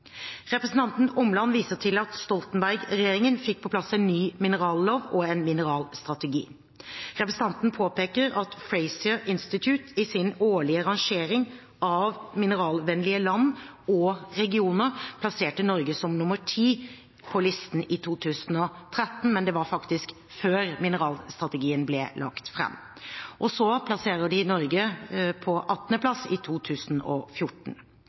Representanten Omland viser til at Stoltenberg-regjeringen fikk på plass en ny minerallov og en mineralstrategi. Representanten påpeker at Fraser Institute i sin årlige rangering av mineralvennlige land og regioner plasserte Norge som nummer ti på listen i 2013, men det var faktisk før mineralstrategien ble lagt fram. Så plasserer de Norge på 18. plass i 2014.